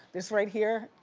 this right here?